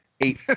Eight